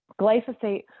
Glyphosate